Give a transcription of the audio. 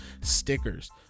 Stickers